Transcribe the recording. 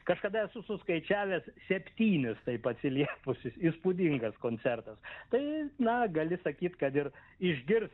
kažkada esu suskaičiavęs septynis taip atsiliepusius įspūdingas koncertas tai na gali sakyt kad ir išgirst